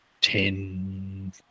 ten